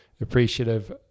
appreciative